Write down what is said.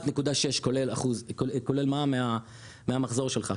31.6% כולל מע"מ מהמחזור שלך.